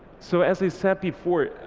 so as i said before,